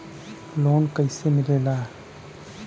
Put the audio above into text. Loan कईसे मिलेला?